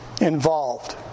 involved